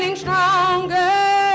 Stronger